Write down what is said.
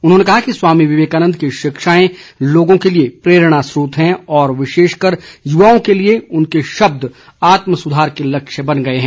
उन्होंने कहा कि स्वामी विवेकानन्द की शिक्षाएं लोगों के लिए प्रेरणास्रोत हैं और विशेषकर युवाओं के लिए उनके शब्द आत्म सुधार के लक्ष्य बन गए हैं